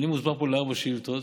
אני מוזמן פה לארבע שאילתות